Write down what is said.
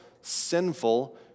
sinful